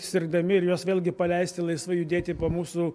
sirgdami ir juos vėlgi paleisti laisvai judėti po mūsų